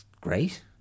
great